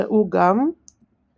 ראו גם קמח